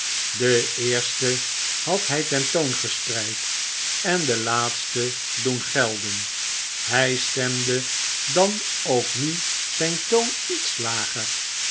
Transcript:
de eerste had hij ten toon gespreid en de laatste doen gelden hij stemde dan ook nu zijn toon iets lager